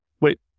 Wait